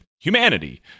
humanity